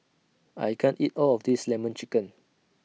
I can't eat All of This Lemon Chicken